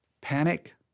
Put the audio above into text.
Panic